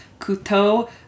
Couteau